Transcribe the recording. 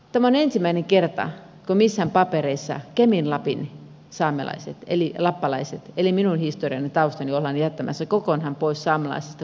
tämä on ensimmäinen kerta kun missään papereissa kemin lapin saamelaiset eli lappalaiset eli minun historiani taustani ollaan jättämässä kokonaan pois saamelaisesta kulttuurista ja kokonaisuudesta